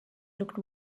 looked